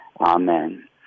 amen